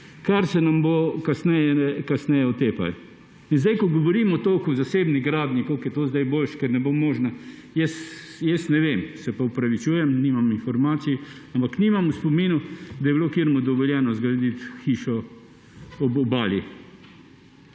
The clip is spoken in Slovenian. kar se nam bo kasneje otepalo. Ko govorimo toliko o zasebni gradnji, koliko je to zdaj boljše, ker ne bo možna – jaz ne vem, se pa opravičujem, nimam informacij, ampak nimam v spominu, da bi bilo kateremu dovoljeno zgraditi hišo ob obali.